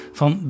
van